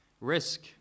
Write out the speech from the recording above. Risk